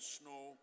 snow